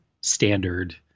standard